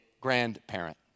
grandparent